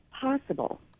possible